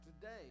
today